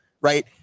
right